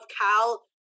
Cal